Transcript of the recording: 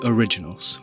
Originals